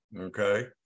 Okay